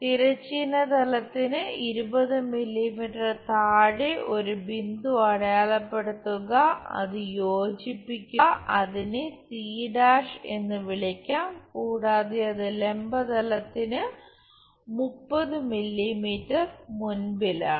തിരശ്ചീന തലത്തിനു 20 മില്ലീമീറ്റർ താഴെ ഒരു ബിന്ദു അടയാളപ്പെടുത്തുക അത് യോജിപ്പിക്കുക അതിനെ c' എന്ന് വിളിക്കാം കൂടാതെ അത് ലംബ തലത്തിനു 30 മില്ലീമീറ്റർ മുമ്പിലാണ്